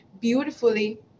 beautifully